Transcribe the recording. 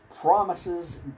promises